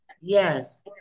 Yes